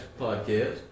podcast